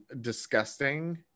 disgusting